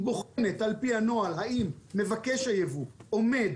היא בוחנת על פי הנוהל האם מבקש הייבוא עומד